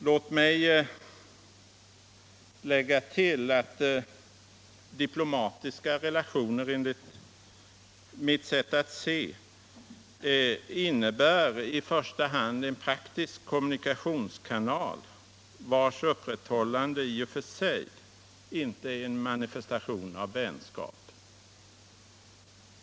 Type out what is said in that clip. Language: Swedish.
Låt mip lägga till att diplomatiska relationer enligt mitt sätt att se i första hand innebär en praktisk kommunikationskanal, vars upprätthällande i och för sig inte är en manifestation av vänskap.